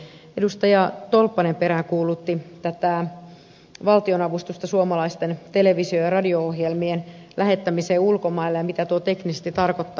edustaja tolppanen peräänkuulutti valtionavustusta suomalaisten televisio ja radio ohjelmien lähettämiseen ulkomaille ja sitä mitä tuo teknisesti tarkoittaa